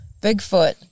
Bigfoot